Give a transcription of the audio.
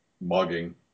mugging